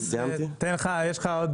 עזרה מול הבנקים.